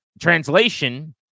translation